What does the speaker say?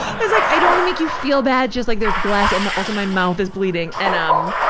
i was like, i don't wanna make you feel bad. just like there's glass. and also my mouth is bleeding. and, um,